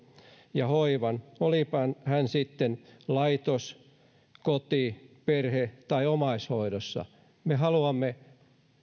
ja hoivan olipa hän sitten laitos koti perhe tai omaishoidossa me haluamme